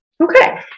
Okay